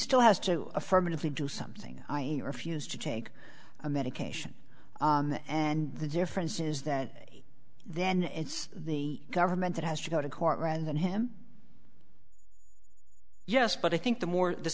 still has to affirmatively do something i e refuse to take a medication and the difference is that then it's the government that has to go to court rather than him yes but i think the more the